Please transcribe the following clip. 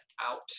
out